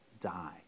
die